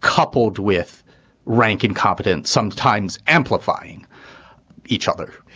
coupled with rank incompetence, sometimes amplifying each other,